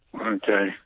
okay